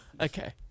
Okay